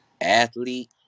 athlete